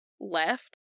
left